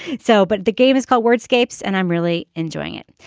so but the game is called word escapes and i'm really enjoying it.